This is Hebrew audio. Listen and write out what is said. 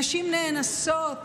נשים נאנסות,